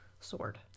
sword